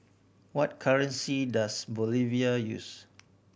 what currency does Bolivia use